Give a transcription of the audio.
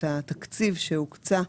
ביחס לפסקה (3) אנחנו כן מוצאים קשר.